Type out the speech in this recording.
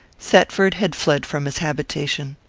thetford had fled from his habitation.